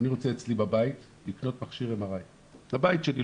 אני רוצה אצלי בבית לקנות מכשיר MRI. בבית שלי,